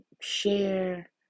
share